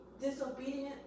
disobedient